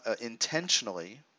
intentionally